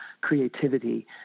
creativity